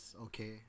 okay